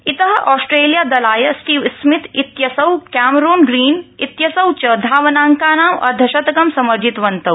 इत ऑस्ट्रेलिया दलाय Steve Smith इत्यसौ कैमरून ग्रीन इत्यसौ च धावनाकांनां अर्धशतकं समर्जितवन्तौ